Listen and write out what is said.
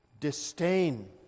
disdain